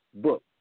Book